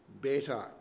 better